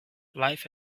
life